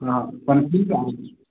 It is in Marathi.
हां पण ठीक आहे